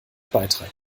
beitrag